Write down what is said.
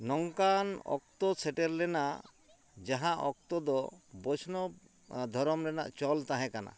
ᱱᱚᱝᱠᱟᱱ ᱚᱠᱛᱚ ᱥᱮᱴᱮᱨ ᱞᱮᱱᱟ ᱡᱟᱦᱟᱸ ᱚᱠᱛᱚ ᱫᱚ ᱵᱚᱥᱱᱚᱵᱽ ᱫᱷᱚᱨᱚᱢ ᱨᱮᱱᱟᱜ ᱪᱚᱞ ᱛᱟᱦᱮᱸ ᱠᱟᱱᱟ